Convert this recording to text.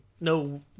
no